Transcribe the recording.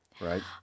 Right